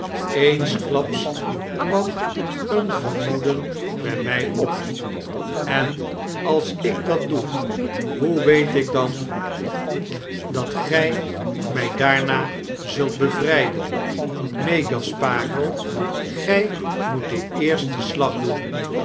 eensklaps kwam een vermoeden by my op w en als ik dat doe hoe weet ik dan dat mopes de kltjizenaar gij mg daarna zult bevryden neen gasparo gy moet den eersten slag doen